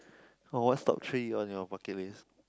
oh what's top three on your bucket list